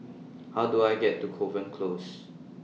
How Do I get to Kovan Close